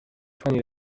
twenty